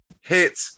hit